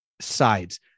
sides